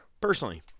Personally